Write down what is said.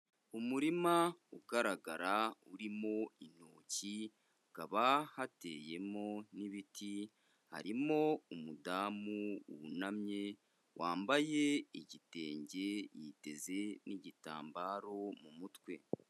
Umurima ugaragara urimo intoki, hakaba hateyemo n'ibiti, harimo umudamu wunamye, wambaye igitenge, yiteze n'igitambaro mu mutwe.